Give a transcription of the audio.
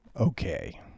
okay